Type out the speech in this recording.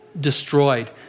destroyed